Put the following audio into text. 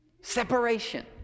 Separation